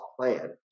plan